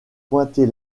pointer